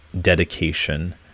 dedication